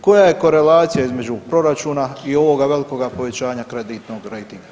Koja je korelacija između proračuna i ovoga velikoga povećanja kreditnog rejtinga?